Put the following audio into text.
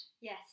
yes